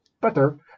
better